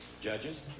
Judges